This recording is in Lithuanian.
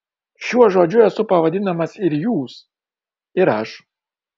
šiuo žodžiu esu pavadinamas ir jūs ir aš